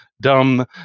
dumb